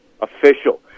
official